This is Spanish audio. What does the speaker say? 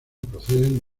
proceden